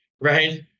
right